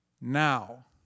now